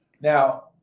Now